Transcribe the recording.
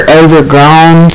overgrown